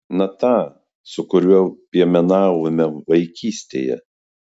na tą su kuriuo piemenavome vaikystėje